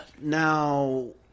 now